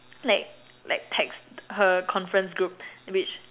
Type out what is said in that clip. like like text her conference group which